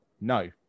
no